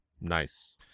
Nice